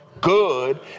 good